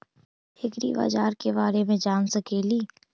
ऐग्रिबाजार के बारे मे जान सकेली?